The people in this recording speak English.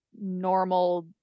normal